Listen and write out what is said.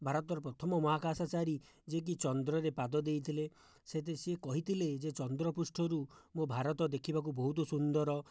ଭାରତର ପ୍ରଥମ ମହାକାଶଚାରୀ ଯିଏକି ଚନ୍ଦ୍ରରେ ପାଦ ଦେଇଥିଲେ ସେଠି ସେ କହିଥିଲେ ଯେ ଚନ୍ଦ୍ରପୃଷ୍ଠରୁ ମୋ' ଭାରତ ଦେଖିବାକୁ ବହୁତ ସୁନ୍ଦର